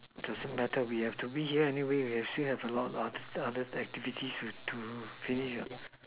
doesn't matter we have to be here anyway we have still have a lot of other activities to do finish or not